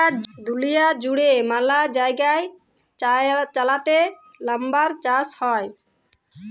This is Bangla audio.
দুঁলিয়া জুইড়ে ম্যালা জায়গায় চাইলাতে লাম্বার চাষ হ্যয়